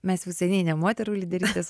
mes jau seniai ne moterų lyderystės